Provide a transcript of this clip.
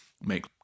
make